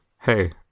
hey